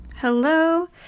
Hello